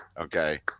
okay